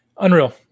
unreal